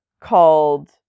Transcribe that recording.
called